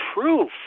proof